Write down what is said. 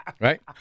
Right